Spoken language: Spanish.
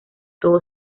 todo